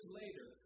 later